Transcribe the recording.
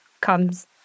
comes